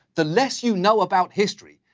the less you know about history,